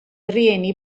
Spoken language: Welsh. rieni